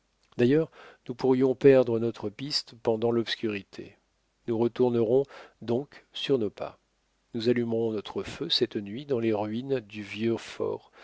d'ailleurs nous pourrions perdre notre piste pendant l'obscurité nous retournerons donc sur nos pas nous allumerons notre feu cette nuit dans les ruines du vieux